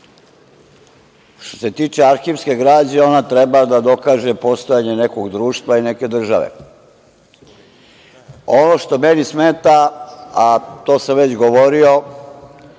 što se tiče arhivske građe, ona treba da dokaže postojanje nekog društva i neke države. Ono što meni smeta, a to sam već govorio,